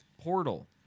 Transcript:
portal